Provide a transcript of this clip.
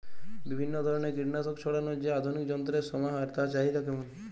বিভিন্ন ধরনের কীটনাশক ছড়ানোর যে আধুনিক যন্ত্রের সমাহার তার চাহিদা কেমন?